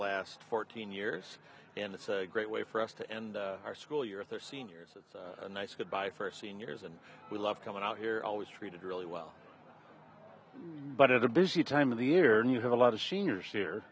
last fourteen years and it's a great way for us to end our school year at the seniors it's a nice goodbye for seniors and we love coming out here always treated really well but it's a busy time of the year and you have a lot of seniors here